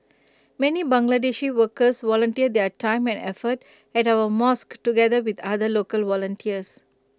many Bangladeshi workers volunteer their time and effort at our mosques together with other local volunteers